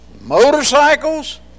motorcycles